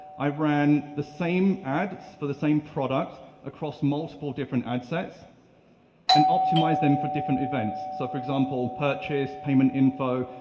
i ran the same ad for the same product across multiple different ad sets and optimised optimised them for different events. so for example, purchase, payment info,